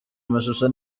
amashusho